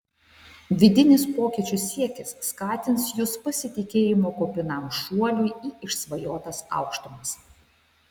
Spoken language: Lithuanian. vidinis pokyčių siekis skatins jus pasitikėjimo kupinam šuoliui į išsvajotas aukštumas